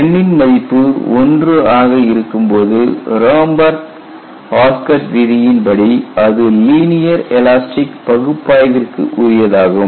n ன் மதிப்பு 1 ஆக இருக்கும்போது ராம்பெர்க் ஆஸ்கட் விதியின் படி அது லீனியர் எலாஸ்டிக் பகுப்பாய்விற்கு உரியதாகும்